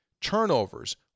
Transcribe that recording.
Turnovers